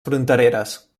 frontereres